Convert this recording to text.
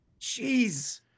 Jeez